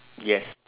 yes